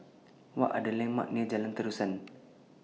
What Are The landmarks near Jalan Terusan